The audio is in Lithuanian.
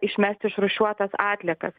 išmest išrūšiuotas atliekas